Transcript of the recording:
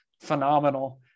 phenomenal